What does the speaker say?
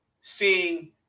seeing